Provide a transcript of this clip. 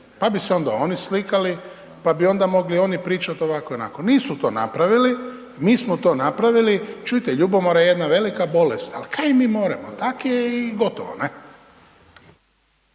pa bi se onda oni slikali pa bi onda oni mogli pričati ovako i onako. Nisu to napravili, mi smo to napravili, čujte, ljubomora je jedna velika bolest al' kaj mi moremo, tak je i gotovo, ne?